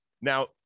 now